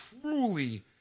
truly